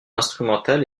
instrumental